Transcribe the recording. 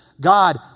God